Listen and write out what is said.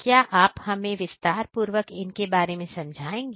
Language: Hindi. क्या आप हमें विस्तार पूर्वक इनके बारे में समझाएंगे